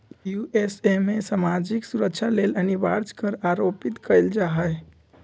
USA में सामाजिक सुरक्षा लेल अनिवार्ज कर आरोपित कएल जा हइ